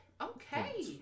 Okay